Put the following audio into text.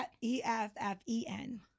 E-F-F-E-N